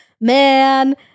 man